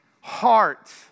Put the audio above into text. heart